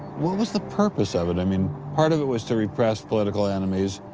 what was the purpose of it? i mean, part of it was to repress political enemies.